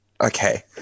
okay